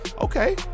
Okay